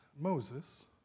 Moses